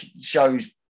shows